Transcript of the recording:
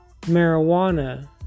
marijuana